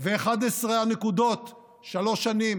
ו-11 הנקודות שלוש שנים